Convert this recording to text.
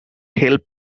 help